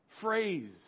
phrase